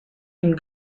ihm